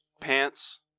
Pants